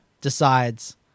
decides